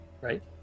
right